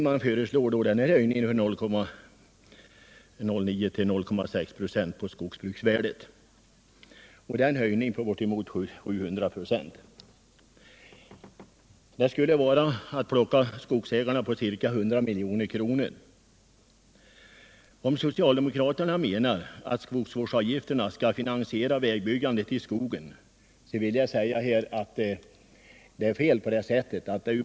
Man föreslår en höjning från 0,09 till 0,6 96 på skogsbruksvärdet. Det är en höjning på bortåt 700 96. Det skulle vara att plocka skogsägarna på ca 100 milj.kr. Om socialdemokraterna menar att skogsvårdsavgifterna skall finansiera vägbyggandet i skogen är det en felaktig tanke.